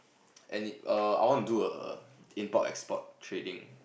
any err I want to do err import export trading